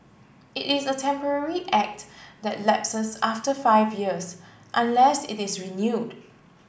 it is a temporary act that lapses after five years unless it is renewed